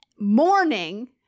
morning